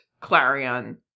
Clarion